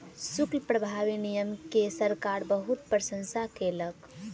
शुल्क प्रभावी नियम के सरकार बहुत प्रशंसा केलक